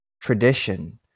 tradition